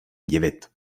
divit